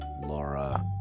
Laura